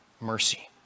mercy